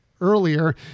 Earlier